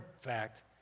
fact